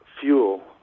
fuel